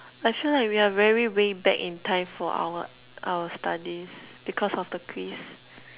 actually like we are very way back in time for our our studies because of the quiz